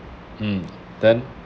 um then